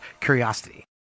curiosity